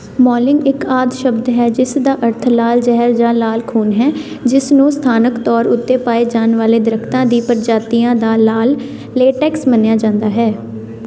ਮੌਲਿੰਗ ਇੱਕ ਆਦਿ ਸ਼ਬਦ ਹੈ ਜਿਸ ਦਾ ਅਰਥ ਲਾਲ ਜ਼ਹਿਰ ਜਾਂ ਲਾਲ ਖੂਨ ਹੈ ਜਿਸ ਨੂੰ ਸਥਾਨਕ ਤੌਰ ਉੱਤੇ ਪਾਏ ਜਾਣ ਵਾਲੇ ਦਰਖਤਾਂ ਦੀ ਪ੍ਰਜਾਤੀਆਂ ਦਾ ਲਾਲ ਲੇਟੈਕਸ ਮੰਨਿਆ ਜਾਂਦਾ ਹੈ